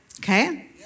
Okay